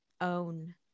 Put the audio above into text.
own